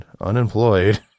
unemployed